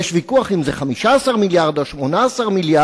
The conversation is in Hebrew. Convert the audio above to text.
ויש ויכוח אם זה 15 מיליארד או 18 מיליארד,